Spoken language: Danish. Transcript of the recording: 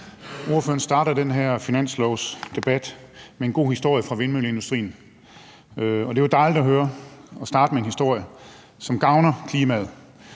Ordføreren starter den her finanslovsdebat med en god historie fra vindmølleindustrien. Og det er jo dejligt at høre og dejligt at starte med en historie om noget, som gavner klimaet.